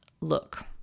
look